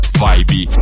vibe